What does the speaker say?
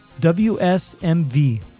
WSMV